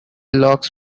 locks